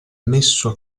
messo